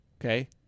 okay